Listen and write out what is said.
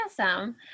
Awesome